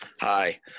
Hi